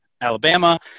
alabama